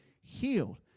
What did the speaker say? healed